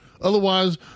Otherwise